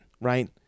right